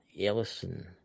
Ellison